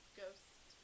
ghost